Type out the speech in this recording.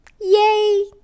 Yay